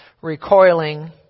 recoiling